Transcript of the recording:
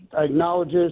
acknowledges